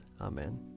Amen